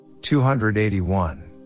281